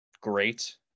great